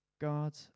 God